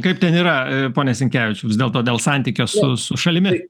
kaip ten yra pone sinkevičiau vis dėlto dėl santykio su su šalimi